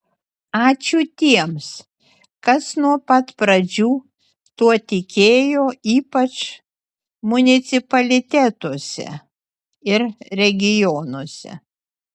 ačiū tiems kas nuo pat pradžių tuo tikėjo ypač municipalitetuose ir regionuose